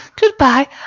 Goodbye